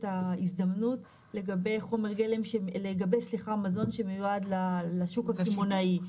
ההזדמנות לגבי מזון שמיועד לשוק הקמעונאי,